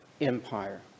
empire